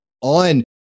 on